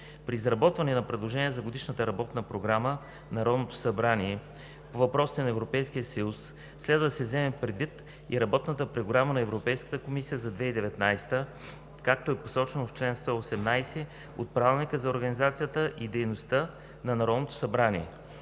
При изработване на предложения за Годишната работна програма на Народното събрание по въпросите на Европейския съюз следва да се вземе предвид и Работната програма на Европейската комисия за 2019 г., както е посочено в чл. 118 от Правилника за организацията и дейността на Народното събрание.